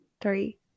three